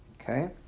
Okay